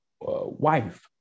wife